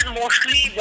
mostly